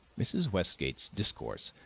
mrs. westgate's discourse,